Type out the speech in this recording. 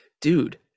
Dude